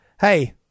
Hey